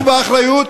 תישאו באחריות,